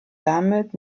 damit